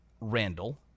Randall